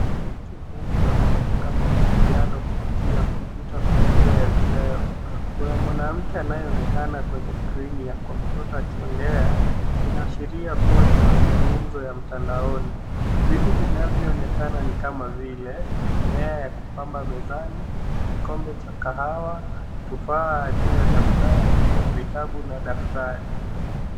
Mtu Huyu Ako katika mawasiliano kupitia komputa kwa njia ya video, Kuna mwanamke anayeonekana kwenye skrini ya komputa akiongea .Inaashiria kuwa ni mazungumzo ya mtandaoni .Vitu vinavyoonekana ni kama vile mmea ya kupamba mezani kikombe cha kahawa, tufaha juu ya daftari, vitabu na daftari.